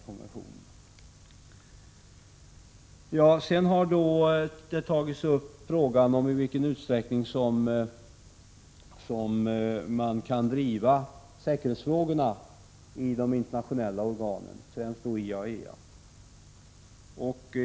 Sedan har frågan tagits upp i vilken utsträckning som man kan driva säkerhetsfrågorna i de internationella organen, främst IAEA.